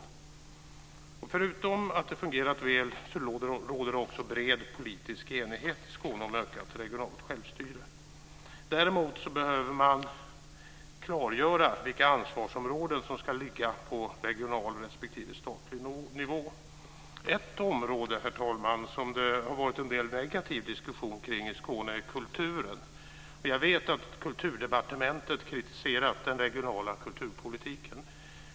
Förutom det faktum att det har fungerat väl så råder det bred politisk enighet i Däremot behöver man klargöra vilka ansvarsområden som ska ligga på regional respektive statlig nivå. Ett område som det har förts en del negativ diskussion om i Skåne, herr talman, är kulturen. Jag vet att Kulturdepartementet har kritiserat den regionala kulturpolitiken.